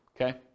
Okay